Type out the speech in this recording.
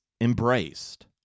embraced